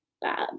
bad